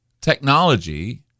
technology